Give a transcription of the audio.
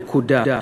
נקודה.